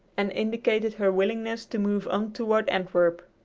and indicated her willingness to move on toward antwerp.